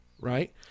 right